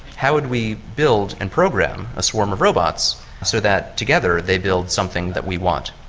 how would we build and program a swarm of robots so that together they build something that we want?